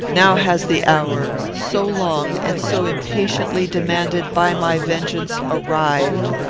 now has the hour, so long and so impatiently demanded by my vengeance, arrived.